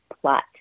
plot